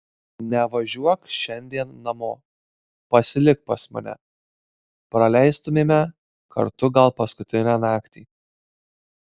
nevažiuok šiandien namo pasilik pas mane praleistumėme kartu gal paskutinę naktį